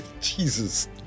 Jesus